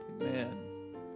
Amen